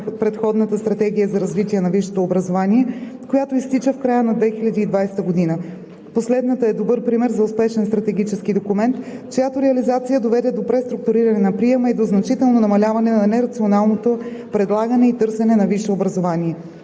предходната Стратегия за развитие на висшето образование, която изтича в края на 2020 г. Последната е добър пример за успешен стратегически документ, чиято реализация доведе до преструктуриране на приема и до значително намаляване на нерационалното предлагане и търсене на висше образование.